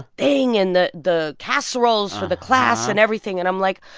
thing and the the casseroles for the class and everything and i'm like,